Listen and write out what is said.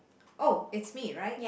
oh it's me right